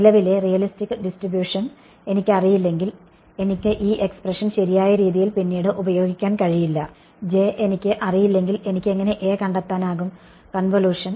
നിലവിലെ realistic distribution എനിക്കറിയില്ലെങ്കിൽ എനിക്ക് ഈ എക്സ്പ്രെഷൻ ശരിയായ രീതിയിൽ പിന്നീട് ഉപയോഗിക്കാൻ കഴിയില്ല എനിക്കറിയില്ലെങ്കിൽ എനിക്ക് എങ്ങനെ കണ്ടെത്താനാകും കൺവൊലുഷൻ